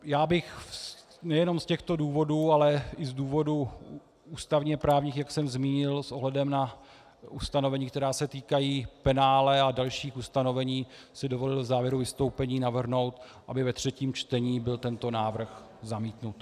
Já bych nejenom z těchto důvodů, ale i z důvodů ústavněprávních, jak jsem zmínil s ohledem na ustanovení, která se týkají penále a dalších ustanovení, si dovolil v závěru vystoupení navrhnout, aby ve třetím čtení byl tento návrh zamítnut.